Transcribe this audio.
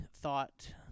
thought